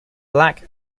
black